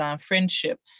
friendship